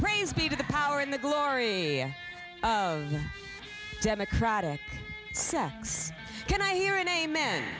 praise be to the power and the glory of democratic sex can i hear in a man